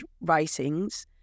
writings